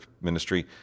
ministry